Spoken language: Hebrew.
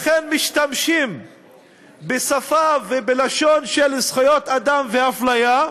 לכן משתמשים בשפה ובלשון של זכויות אדם והפליה,